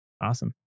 Awesome